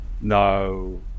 No